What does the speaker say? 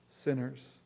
sinners